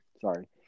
sorry